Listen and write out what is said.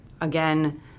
again